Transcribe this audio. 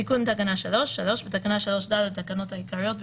"תיקון תקנה 3 בתקנה 3(ד) לתקנות העיקריות,